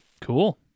Cool